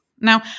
Now